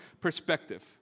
perspective